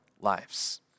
lives